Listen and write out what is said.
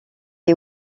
est